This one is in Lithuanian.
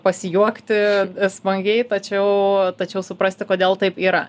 pasijuokti smagiai tačiau tačiau suprasti kodėl taip yra